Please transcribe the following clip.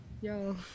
yo